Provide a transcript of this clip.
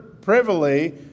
privily